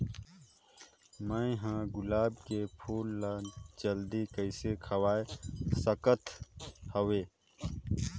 मैं ह गुलाब के फूल ला जल्दी कइसे खवाय सकथ हवे?